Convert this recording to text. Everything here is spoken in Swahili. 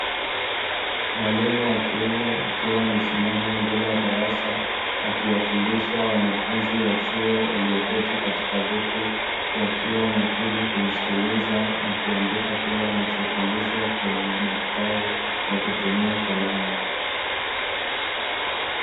Mwalimu wa kiume akiwa amesimama mbele ya darasa akiwafundisha wanafunzi wa chuo walioketi katika viti wakiwa makini kumsikiliza na kuandika kile wanachofundishwa kwenye madaftari wakitumia kalamu.